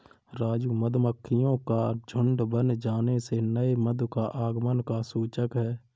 राजू मधुमक्खियों का झुंड बन जाने से नए मधु का आगमन का सूचक है